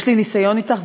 יש לי ניסיון אתך,